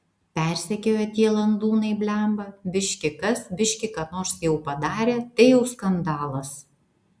persekioja tie landūnai blemba biški kas biški ką nors jau padarė tai jau skandalas